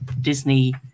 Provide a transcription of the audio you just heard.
Disney